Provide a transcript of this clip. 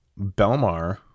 Belmar